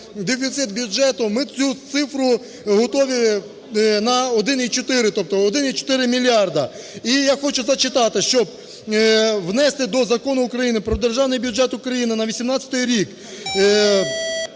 дефіцит бюджету, ми цю цифру готові на 1,4, тобто 1,4 мільярди. І я хочу зачитати, що "внести до Закону України "Про Державний бюджет України на 2018 рік".